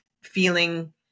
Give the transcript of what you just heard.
feeling